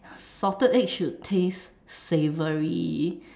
salted egg should taste savory